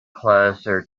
closer